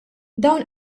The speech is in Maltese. dawn